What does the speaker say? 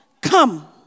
Come